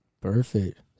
Perfect